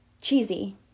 cheesy